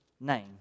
name